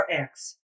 RX